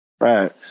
Right